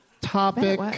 Topic